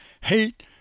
hate